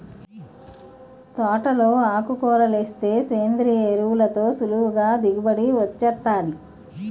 తోటలో ఆకుకూరలేస్తే సేంద్రియ ఎరువులతో సులువుగా దిగుబడి వొచ్చేత్తాది